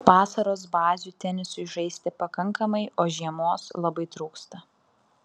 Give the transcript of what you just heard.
vasaros bazių tenisui žaisti pakankamai o žiemos labai trūksta